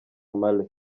male